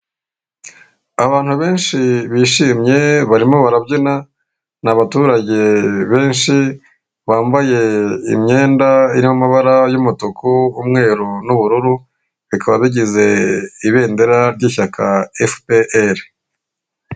Abantu benshi bishimye barimo barabyina ni abaturage benshi bambaye imyenda y'amabara y'umutuku, umweru n'ubururu bikaba bigize ibendera ry'ishyaka efupe eri.